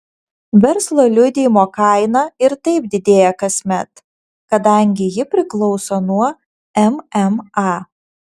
verslo liudijimo kaina ir taip didėja kasmet kadangi ji priklauso nuo mma